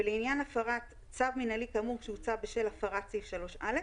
ולעניין הפרת צו מינהלי כאמור שהוצא בשל הפרת סעיף 3(א)